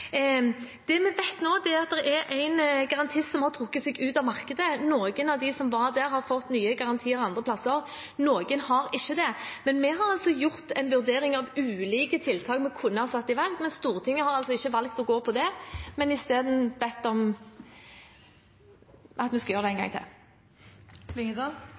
vi vet nå, er at det er en garantist som har trukket seg ut av markedet. Noen av dem som var der, har fått nye garantier andre steder, noen har ikke det. Vi har altså gjort en vurdering av ulike tiltak vi kunne ha satt i verk. Stortinget har valgt ikke å gå for det, men isteden bedt om at vi skal gjøre det en